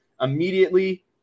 immediately